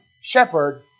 shepherd